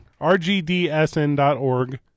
RGDSN.org